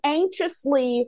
anxiously